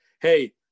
Hey